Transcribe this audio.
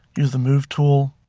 use the move tool